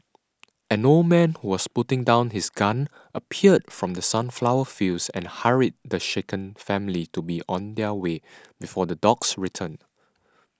an old man who was putting down his gun appeared from the sunflower fields and hurried the shaken family to be on their way before the dogs return